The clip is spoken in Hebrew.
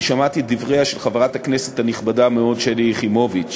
כי שמעתי את דבריה של חברת הכנסת הנכבדה מאוד שלי יחימוביץ,